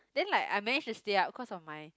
then like I managed to stay up cause of my